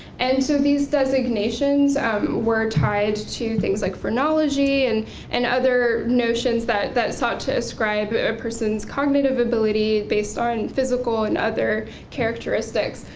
and so these designations were tied to things like phrenology and and other notions that that sought to ascribe a person's cognitive ability based on physical and other characteristics,